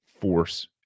force